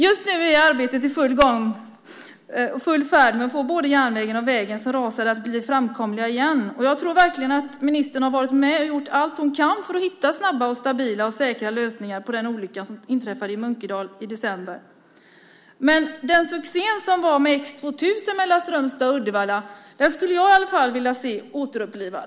Just nu är arbetet i full gång med att få både järnvägen och vägen att bli framkomliga igen. Jag tror verkligen att ministern har varit med och gjort allt hon kan för att hitta snabba, stabila och säkra lösningar efter den olycka som inträffade i Munkedal i december. Succén med X 2000 mellan Strömstad och Uddevalla skulle i alla fall jag vilja se återupplivad.